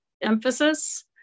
emphasis